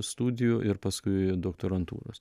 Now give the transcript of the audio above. studijų ir paskui doktorantūros